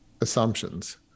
assumptions